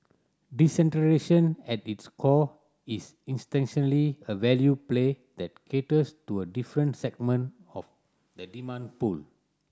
decentralisation at its core is a value play that caters to a different segment of the demand pool